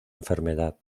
enfermedad